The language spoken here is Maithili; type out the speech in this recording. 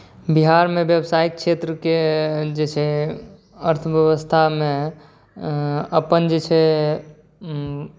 बिहारमे व्यवसायिक क्षेत्रके जे चाही अर्थव्यवस्थामे अपन जे छै